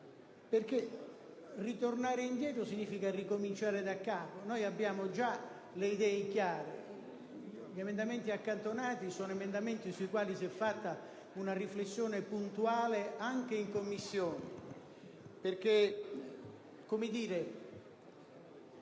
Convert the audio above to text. Ritornare indietro significherebbe infatti ricominciare da capo. Noi abbiamo già le idee chiare. Quelli accantonati sono emendamenti sui quali si è fatta una riflessione puntuale anche in Commissione: